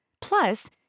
Plus